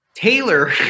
Taylor